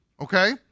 okay